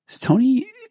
Tony